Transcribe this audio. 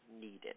needed